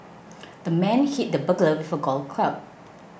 the man hit the burglar with a golf club